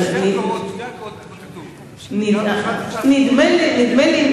נדמה לי,